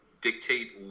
dictate